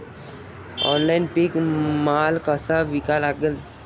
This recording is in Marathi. ऑनलाईन पीक माल कसा विका लागन?